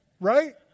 Right